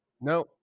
No